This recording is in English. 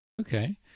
Okay